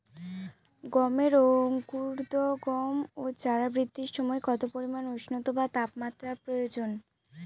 গমের অঙ্কুরোদগম ও চারা বৃদ্ধির সময় কত পরিমান উষ্ণতা বা তাপমাত্রা প্রয়োজন?